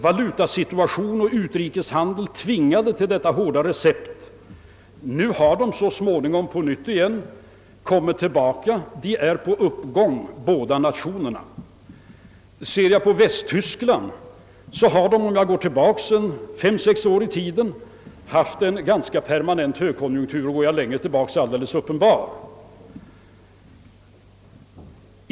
Valutasituationen och utrikeshandeln tvingade emellertid fram denna beska medicin. Nu har dessa länder så småningom kommit tillbaka och är på uppgång. Västtyskland hade för fem—sex år sedan en ganska permanent högkonjunktur och dessförinnan var högkonjunkturen alldeles uppenbar.